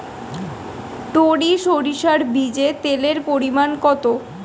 টরি সরিষার বীজে তেলের পরিমাণ কত?